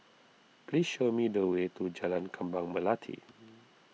please show me the way to Jalan Kembang Melati